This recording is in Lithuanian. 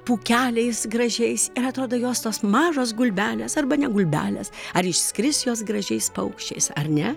pūkeliais gražiais atrodo jos tos mažos gulbelės arba ne gulbelės ar išskris jos gražiais paukščiais ar ne